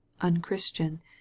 unchristian